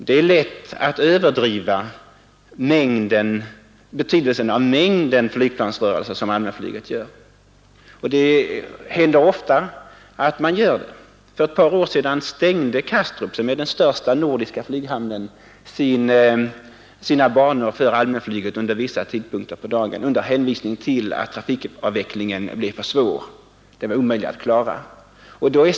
Det är lätt att överdriva betydelsen av mängden flygplansrörelser som allmänflyget gör. Det sker ofta. För ett par år sedan stängde Kastrup, som är den största nordiska flyghamnen, sina banor för allmänflygning under vissa tider på dagen under hänvisning till att trafikutvecklingen blev omöjlig att klara.